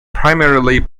primarily